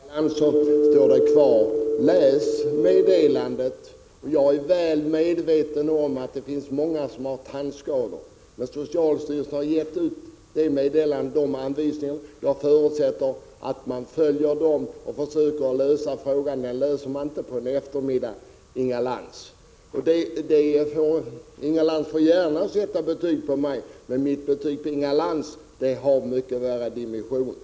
Herr talman! Min uppmaning till Inga Lantz står kvar: Läs meddelandet! Jag är väl medveten om att det finns många som har tandskador. Men socialstyrelsen har gett ut meddelanden och anvisningar. Jag förutsätter att man följer dessa och försöker lösa frågan. Den frågan löser man inte på en eftermiddag, Inga Lantz. Inga Lantz får gärna sätta betyg på mig. Men mitt betyg på Inga Lantz har mycket större dimensioner.